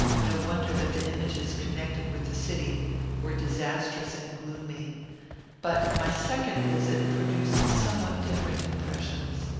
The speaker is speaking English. no wonder that the images connected with the city were disastrous and gloomy but my second visit produced somewhat different impressions.